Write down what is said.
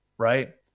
right